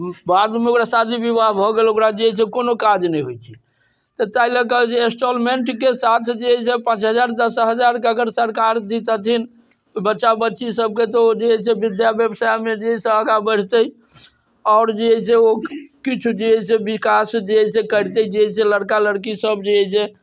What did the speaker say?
बाद मे ओकरा शादी विवाह भऽ गेल ओकरा जे एहि से कोनो काज नहि होइ छै तऽ ताहि लए कऽ जे एन्स्टॉलमेन्टके साथ जे अछि से पाँच हजार दस हजार कऽ कऽ अगर सरकार दितऽथिन ओ बच्चा बच्ची सबके तऽ ओ जे अछि से विद्या व्यवसाय मे जे अछि से आगा बैढतै आओर जे अछि से ओ किछु जे अछि से विकास जे अछि से कैरतै जे अछि से लड़का लड़की सब जे अछि से